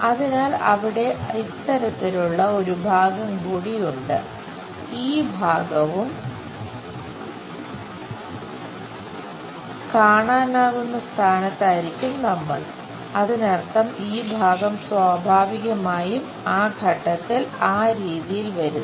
അതിനാൽ അവിടെ ഇത്തരത്തിലുള്ള ഒരു ഭാഗം കൂടി ഉണ്ട് ഈ ഭാഗവും കാണാനാകുന്ന സ്ഥാനത്തായിരിക്കും നമ്മൾ അതിനർത്ഥം ഈ ഭാഗം സ്വാഭാവികമായും ആ ഘട്ടത്തിൽ ആ രീതിയിൽ വരുന്നു